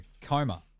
coma